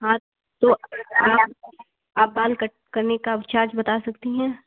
हाँ तो आप आप बाल कट करने का चार्ज बता सकती हैं